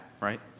right